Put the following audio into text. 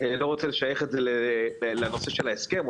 לא רוצה לשייך את זה לנושא של ההסכם,